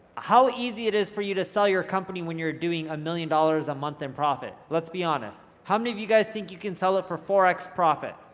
how easy it is for you to sell your company when you're doing a million dollars a month in profit. let's be honest. how many of you guys think you can sell it for four x profit?